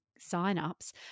signups